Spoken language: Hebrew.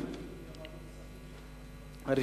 בבקשה, אדוני.